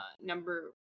number